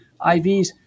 IVs